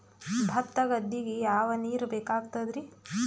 ಭತ್ತ ಗದ್ದಿಗ ಯಾವ ನೀರ್ ಬೇಕಾಗತದರೀ?